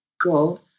go